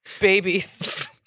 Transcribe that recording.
babies